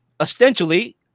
essentially